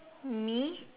me